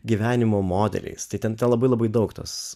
gyvenimo modeliais tei ten tem labai labai daug tos